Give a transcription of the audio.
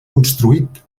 construït